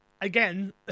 again